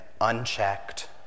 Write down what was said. unchecked